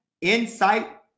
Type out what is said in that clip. insight